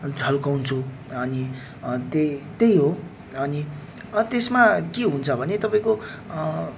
झल्काउँछु अनि त्यही त्यही हो अनि त्यसमा के हुन्छ भने तपाईँको